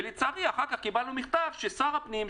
ולצערי אחר כך קיבלנו מכתב ששר הפנים,